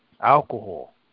alcohol